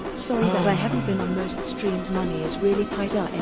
sorry that i havent been on most streams money is really tight ah